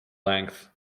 length